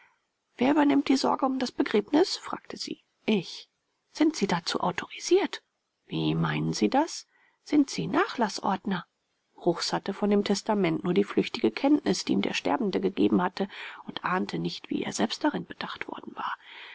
wer übernimmt die sorge um das begräbnis fragte sie ich sind sie dazu autorisiert wie meinen sie das sind sie nachlaßordner bruchs hatte von dem testament nur die flüchtige kenntnis die ihm der sterbende gegeben hatte und ahnte nicht wie er selbst darin bedacht worden war